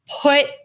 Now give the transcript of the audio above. put